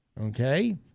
Okay